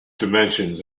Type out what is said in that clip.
dimensions